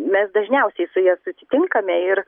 mes dažniausiai su ja susitinkame ir